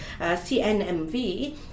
CNMV